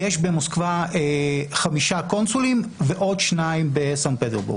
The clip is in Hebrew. יש במוסקבה חמישה קונסולים ועוד שניים בסנט פטרסבורג.